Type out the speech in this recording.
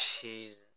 Jesus